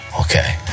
Okay